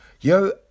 Yo